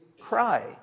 cry